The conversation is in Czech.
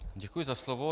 Děkuji za slovo.